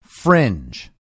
Fringe